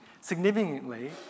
significantly